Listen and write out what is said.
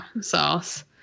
sauce